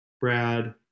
Brad